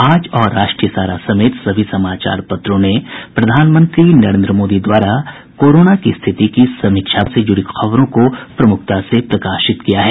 आज और राष्ट्रीय सहारा समेत सभी समाचार पत्रों ने प्रधानमंत्री नरेन्द्र मोदी द्वारा कोरोना की स्थिति की समीक्षा से जुड़ी खबरों को प्रमुखता से प्रकाशित किया है